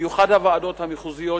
במיוחד הוועדות המחוזיות,